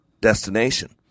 destination